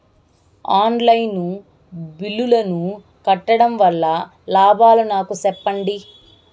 On line బిల్లుల ను కట్టడం వల్ల లాభాలు నాకు సెప్పండి?